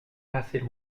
assez